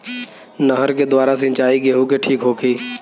नहर के द्वारा सिंचाई गेहूँ के ठीक होखि?